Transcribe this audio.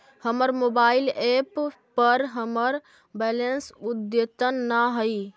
हमर mobile app पर हमर बैलेंस अद्यतन ना हई